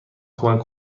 کمک